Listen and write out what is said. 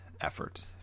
effort